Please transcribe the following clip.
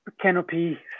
canopy